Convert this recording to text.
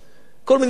כל מיני קשקושים,